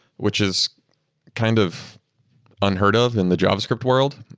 which is kind of unheard of in the javascript world.